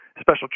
special